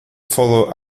follow